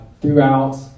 throughout